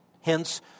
hence